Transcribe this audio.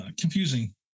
Confusing